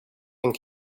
and